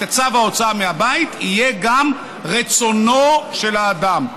צו ההוצאה מהבית יהיה גם רצונו של האדם.